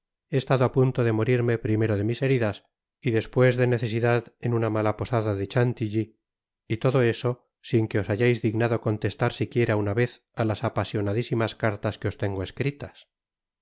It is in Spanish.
he estado á pun to de morirme primero de mis heridas y despues de necesidad en una mala posada de chantilly y todo eso sin que os hayais dignado contestar siquiera una vez á las apasionadisimas cartas que os tengo escritas